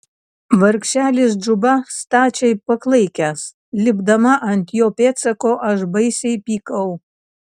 vargšelis džuba stačiai paklaikęs lipdama ant jo pėdsako aš baisiai pykau